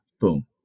Boom